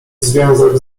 związek